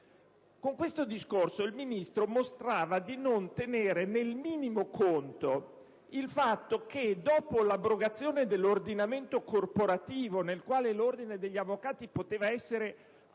Con questo discorso il Ministro mostrava di non tenere nel minimo conto il fatto che - dopo l'abrogazione dell'ordinamento corporativo, nel quale l'Ordine degli avvocati era al tempo